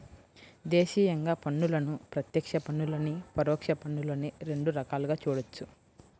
దేశీయంగా పన్నులను ప్రత్యక్ష పన్నులనీ, పరోక్ష పన్నులనీ రెండు రకాలుగా చూడొచ్చు